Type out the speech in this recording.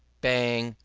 bang,